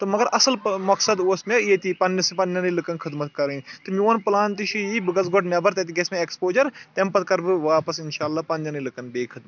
تہٕ مگر اَصٕل مقصد اوس مےٚ ییٚتی پَننِس پَننیٚنٕے لُکَن خدمَت کَرٕنۍ تہٕ میون پٕلان تہِ چھُ یی بہٕ گژھٕ گۄڈٕ نؠبَر تَتہِ گژھِ مےٚ ایٚکٕسپوجَر تیٚمہِ پَتہٕ کَرٕ بہٕ واپَس اِنشاء اللہ پَننیٚنٕے لُکَن بیٚیہِ خدمَت